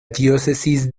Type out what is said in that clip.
diócesis